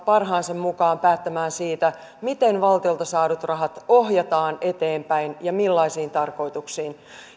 parhaansa mukaan päättämään siitä miten valtiolta saadut rahat ohjataan eteenpäin ja millaisiin tarkoituksiin